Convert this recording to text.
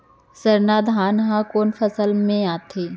सरना धान ह कोन फसल में आथे?